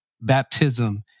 baptism